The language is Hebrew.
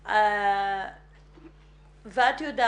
הכשרה של שנה ואז הן יוצאות